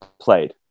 played